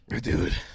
Dude